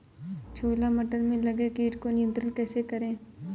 छोला मटर में लगे कीट को नियंत्रण कैसे करें?